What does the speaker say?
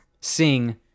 sing